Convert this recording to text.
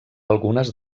algunes